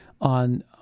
on